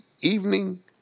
evening